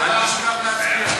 ההסדר השני הוא